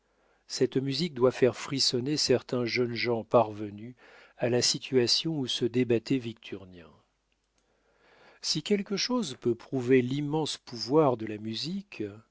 cette musique doit faire frissonner certains jeunes gens parvenus à la situation où se débattait victurnien si quelque chose peut prouver l'immense pouvoir de la musique